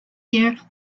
year